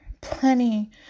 plenty